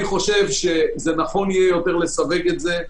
אני חושב שצריך לסווג את זה.